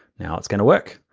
now, it's gonna work,